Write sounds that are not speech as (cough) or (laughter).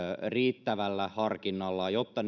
riittävällä harkinnalla jotta (unintelligible)